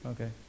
Okay